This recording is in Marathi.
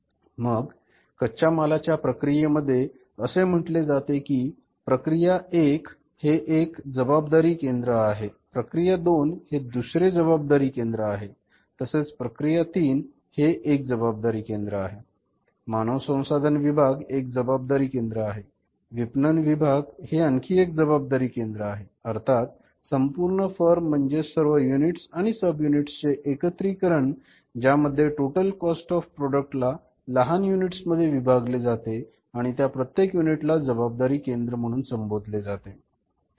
मग कच्च्या मालाच्या प्रक्रियेमध्ये असे म्हटले जाते की प्रक्रिया एक हे एक जबाबदारी केंद्र आहे प्रक्रिया दोन हे एक दुसरे जबाबदारी केंद्र आहे तसेच प्रक्रिया तीन एक जबाबदारी केंद्र आहे मानव संसाधन विभाग एक जबाबदारी केंद्र आहे विपणन विभाग हे आणखी एक जबाबदारी केंद्र आहे अर्थात संपूर्ण फर्म म्हणजे सर्व युनिट्स आणि सब युनिट्स चे एकत्रटीकरण ज्या मध्ये टोटल कॉस्ट ऑफ प्रॉडक्ट ला लहान युनिट्स मध्ये विभागले जाते आणि त्या प्रत्येक युनिट ला जबाबदारी केंद्र म्हणून संभोधले जाते